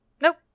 nope